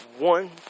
One